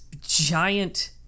giant